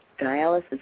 dialysis